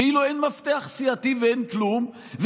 כאילו אין מפתח סיעתי ואין כלום.